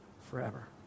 forever